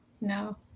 No